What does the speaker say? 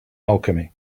alchemy